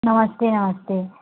नमस्ते नमस्ते